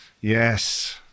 Yes